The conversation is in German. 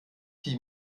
fiel